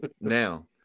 Now